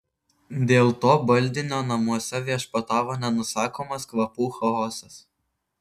dėl to baldinio namuose viešpatavo nenusakomas kvapų chaosas